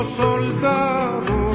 soldado